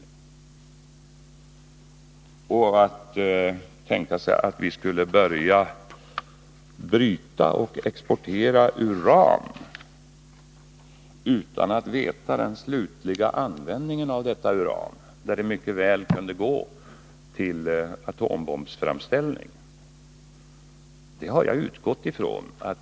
Jag har utgått från att det råder politisk enighet om att vi inte skall börja bryta och exportera uran utan att känna till den slutliga användningen av detta uran; det kan mycket väl gå till atombombsframställning.